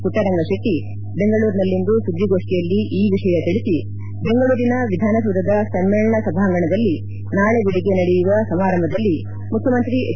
ಪುಟ್ಟರಂಗಶೆಟ್ಟ ಬೆಂಗಳೂರಿನಲ್ಲಿಂದು ಸುದ್ದಿಗೋಪ್ಠಿಯಲ್ಲಿ ಈ ವಿಷಯ ತಿಳಿಸಿದ್ದು ಬೆಂಗಳೂರಿನ ವಿಧಾನಸೌಧದ ಸಮ್ಮೇಳನ ಸಭಾಂಗಣದಲ್ಲಿ ನಾಳೆ ಬೆಳಗ್ಗೆ ನಡೆಯುವ ಸಮಾರಂಭದಲ್ಲಿ ಮುಖ್ಯಮಂತ್ರಿ ಎಚ್